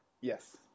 yes